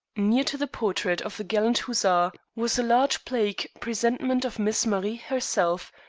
near to the portrait of the gallant huzzar was a large plaque presentment of miss marie herself,